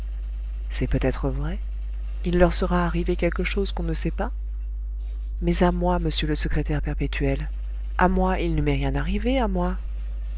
c'est peut-être vrai il leur sera arrivé quelque chose qu'on ne sait pas mais à moi monsieur le secrétaire perpétuel à moi il ne m'est rien arrivé à moi